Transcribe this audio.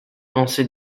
pensées